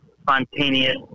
spontaneous